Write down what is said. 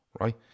Right